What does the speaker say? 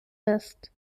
ist